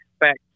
expect